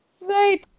Right